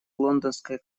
лондонская